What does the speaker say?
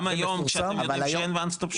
גם היום, כשאתם יודעים שאין ONE STOP SHOP?